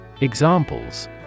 Examples